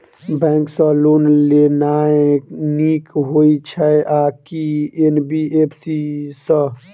Bank सँ loan लेनाय नीक होइ छै आ की एन.बी.एफ.सी सँ?